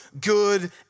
good